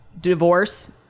divorce